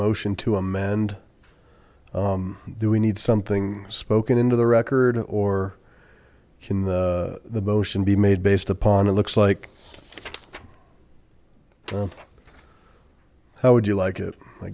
motion to amend do we need something spoken into the record or can the the motion be made based upon it looks like how would you like it i